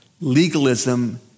legalism